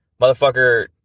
Motherfucker